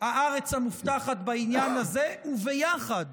הארץ המובטחת בעניין הזה, וביחד